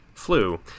flu